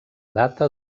data